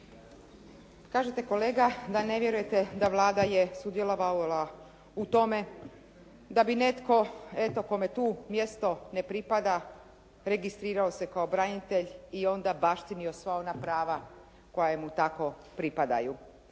Kažete kolega da ne vjerujete da Vlada je sudjelovala u tome da bi netko eto kome tu mjesto ne pripada registrirao se kao branitelj i onda baštinio sva ona prava koja mu tako pripadaju.